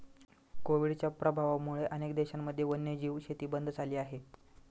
कोविडच्या प्रभावामुळे अनेक देशांमध्ये वन्यजीव शेती बंद झाली आहे